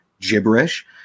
gibberish